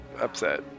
upset